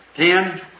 ten